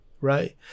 right